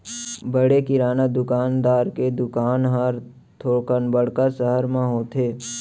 बड़े किराना दुकानदार के दुकान हर थोकन बड़का सहर म होथे